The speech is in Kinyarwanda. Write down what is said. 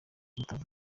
tutari